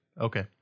Okay